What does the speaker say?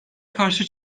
karşı